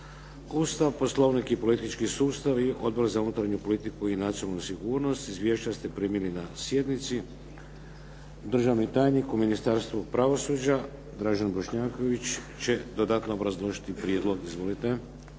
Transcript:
Ustav, Poslovnik i politički sustav i Odbor za unutarnju politiku i nacionalnu sigurnost. Izvješća ste primili na sjednici. Državni tajnik u Ministarstvu pravosuđa Dražen Bošnjaković će dodatno obrazložiti prijedlog. Izvolite.